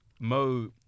Mo